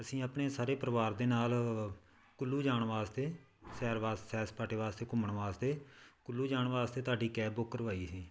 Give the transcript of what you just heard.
ਅਸੀਂ ਆਪਣੇ ਸਾਰੇ ਪਰਿਵਾਰ ਦੇ ਨਾਲ ਕੁੱਲੂ ਜਾਣ ਵਾਸਤੇ ਸੈਰ ਵਾਸ ਸੈਰ ਸਪਾਟੇ ਵਾਸਤੇ ਘੁੰਮਣ ਵਾਸਤੇ ਕੁੱਲੂ ਜਾਣ ਵਾਸਤੇ ਤੁਹਾਡੀ ਕੈਬ ਬੁੱਕ ਕਰਵਾਈ ਸੀ